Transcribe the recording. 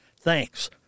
Thanks